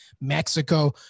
Mexico